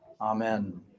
Amen